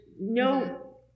no